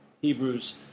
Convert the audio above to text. Hebrews